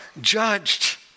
judged